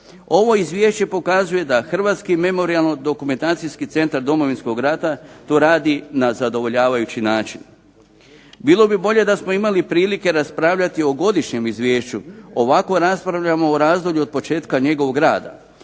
Ovo izvješće pokazuje da Hrvatski memorijalno-dokumentacijski centar Domovinskog rata to radi na zadovoljavajući način. Bilo bi bolje da smo imali prilike raspravljati o godišnjem izvješću. Ovako raspravljamo o razdoblju od početka njegovog rada,